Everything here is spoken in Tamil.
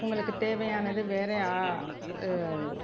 உங்களுக்கு தேவையானது வேறே